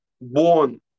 born